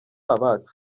abacu